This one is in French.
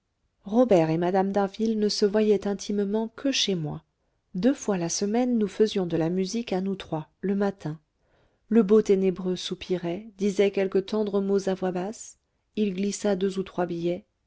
robert et mme d'harville ne se voyaient intimement que chez moi deux fois la semaine nous faisions de la musique à nous trois le matin le beau ténébreux soupirait disait quelques tendres mots à voix basse il glissa deux ou trois billets